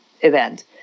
Event